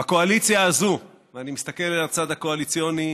בקואליציה הזאת, ואני מסתכל על הצד הקואליציוני,